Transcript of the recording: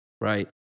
right